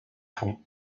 fonds